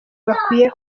bakwiye